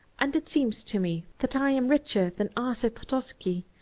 and it seems to me that i am richer than arthur potocki,